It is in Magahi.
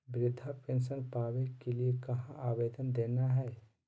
वृद्धा पेंसन पावे के लिए कहा आवेदन देना है?